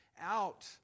out